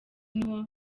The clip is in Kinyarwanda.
niho